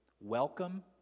welcome